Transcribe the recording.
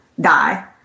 die